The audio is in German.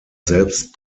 selbst